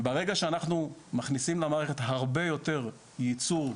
ברגע שאנחנו מכניסים למערכת הרבה יותר ייצור,